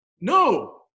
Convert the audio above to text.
No